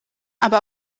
aber